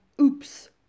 oops